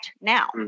Now